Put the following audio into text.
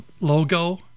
logo